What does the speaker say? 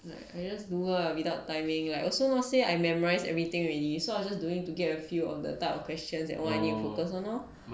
like I just do lah without timing like also not say I memorise everything already so I just doing to get a feel on the type of questions that what I need to focus on lor